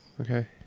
Okay